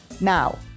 Now